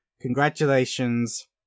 congratulations